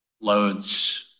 loads